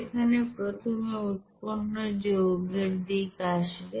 এখানে প্রথমে উৎপন্ন যৌগের দিক আসবে